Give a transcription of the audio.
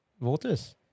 voters